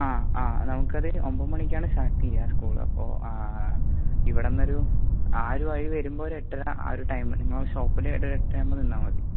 ആ ആ നമുക്കത് ഒമ്പത് മണിക്കാണ് സ്റ്റാർട്ട് ചെയ്യുക സ്കൂള് അപ്പോൾ ഇവിടെന്നൊരു ആ ഒരു വഴി വരുമ്പോൾ ഒരു എട്ടര ആ ഒരു ടൈം നിങ്ങളെ സ്റ്റോപ്പിൽ ഒരു എട്ടരയാവുമ്പോൾ നിന്നാൽ മതി